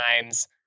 times